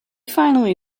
finally